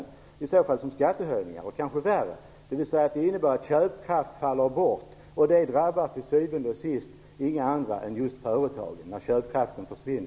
Det skapar inte stabilitet. Det skapar bara förvirring.